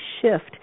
shift